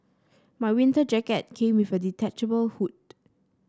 my winter jacket came with a detachable hood